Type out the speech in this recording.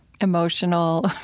emotional